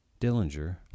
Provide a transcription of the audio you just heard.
Dillinger